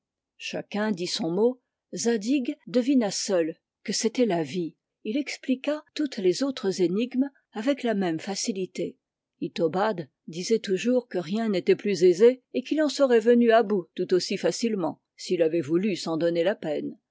chacun dit son mot zadig devina seul que c'était la vie il expliqua toutes les autres énigmes avec la même facilité itobad disait toujours que rien n'était plus aisé et qu'il en serait venu à bout tout aussi facilement s'il avait voulu s'en donner la peine